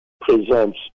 presents